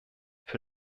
für